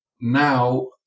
now